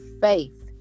faith